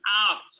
out